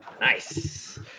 Nice